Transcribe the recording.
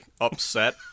upset